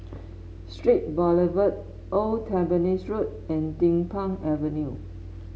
Straits Boulevard Old Tampines Road and Din Pang Avenue